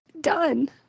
done